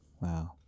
Wow